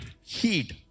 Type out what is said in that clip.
heat